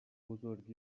بزرگ